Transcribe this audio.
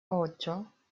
ocho